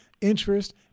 interest